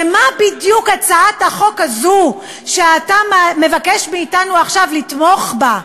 במה בדיוק הצעת החוק הזו שאתה מבקש מאתנו עכשיו לתמוך בה,